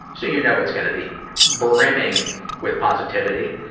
so you know it's gonna be brimming with positivity,